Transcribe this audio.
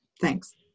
Thanks